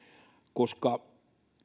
koska